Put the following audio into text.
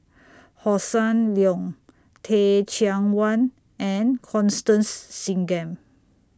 Hossan Leong Teh Cheang Wan and Constance Singam